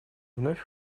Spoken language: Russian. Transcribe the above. вновь